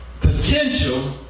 Potential